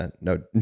No